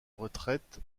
retraite